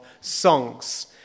songs